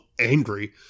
angry